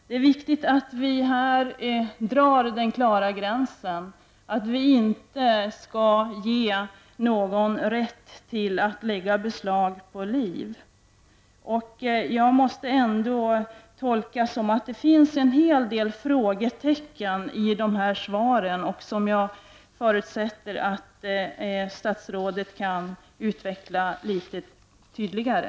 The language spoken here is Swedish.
Det är viktigt att vi här drar en klar gräns: vi skall inte ge någon rätt att lägga beslag på liv. Jag måste faktiskt göra den tolkningen att det ändå finns en hel del frågetecken i svaren på ställda frågor. Men jag förutsätter att statsrådet ytterligare kan utveckla resonemanget, så att det hela blir litet tydligare.